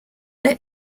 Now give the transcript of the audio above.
let